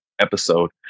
episode